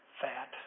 fat